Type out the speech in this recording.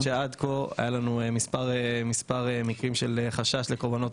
עד כה היו לנו מספר מקרים של חשש לקורבנות